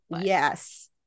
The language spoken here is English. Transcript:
Yes